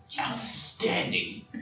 outstanding